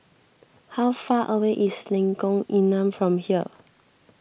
how far away is Lengkong Enam from here